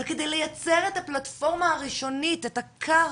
אבל כדי לייצר את הפלטפורמה הראשונית, את הכר